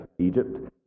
Egypt